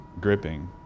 gripping